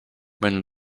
when